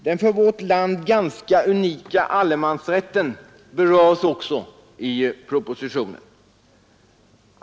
Den för vårt land ganska unika allemansrätten berörs också i propositionen.